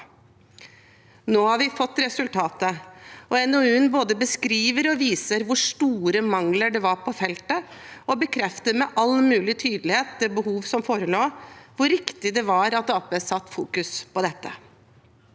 Nå har vi fått resultatet. NOU-en både beskriver og viser hvor store mangler det var på feltet, og bekrefter med all mulig tydelighet det behovet som forelå, og hvor riktig det var at det ble satt fokus på dette.